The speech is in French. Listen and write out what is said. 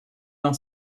d’un